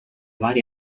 vari